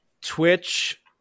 Twitch